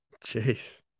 Jeez